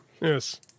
Yes